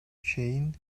чейин